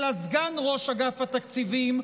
אלא סגן ראש אגף התקציבים,